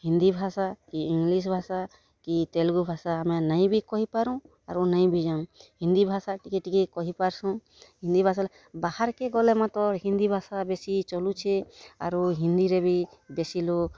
ହିନ୍ଦୀ ଭାଷା କି ଇଂଗ୍ଲିଶ୍ ଭାଷା କି ତେଲ୍ଗୁ ଭାଷା ଆମେ ନାଇ ବି କହିପାରୁ ଆରୁ ନେଇବି ଜାନୁ ହିନ୍ଦୀ ଭାଷା ଟିକେ ଟିକେ କହିପାର୍ସୁଁ ହିନ୍ଦୀ ଭାଷା ବାହାର୍କେ ଗଲେ ମାତର୍ ହିନ୍ଦୀ ଭାଷା ବେଶୀ ଚଲୁଛେ ଅରୁ ହିନ୍ଦୀରେ ବି ବେଶୀ ଲୋକ୍